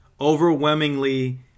overwhelmingly